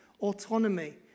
Autonomy